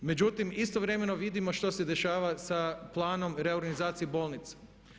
Međutim, istovremeno vidimo što se dešava sa planom reorganizacije bolnica.